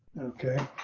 okay.